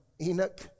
Enoch